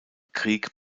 krieg